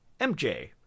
MJ